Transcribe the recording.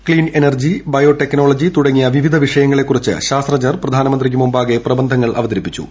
ക്സീൻ energy biotechnology തുടങ്ങി വിവിധ വിഷയങ്ങളെക്കുറിച്ച് ശാസ്ത്രജ്ഞർ പ്രധാനമന്ത്രിക്കു മുമ്പാകെ പ്രബന്ധങ്ങൾ അവതരിപ്പിച്ചു